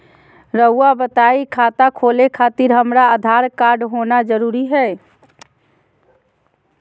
रउआ बताई खाता खोले खातिर हमरा आधार कार्ड होना जरूरी है?